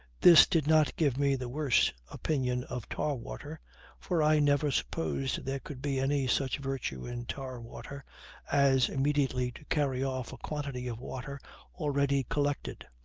this did not give me the worse opinion of tar-water for i never supposed there could be any such virtue in tar-water as immediately to carry off a quantity of water already collected.